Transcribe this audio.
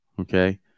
okay